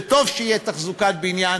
זה טוב שתהיה תחזוקת בניין,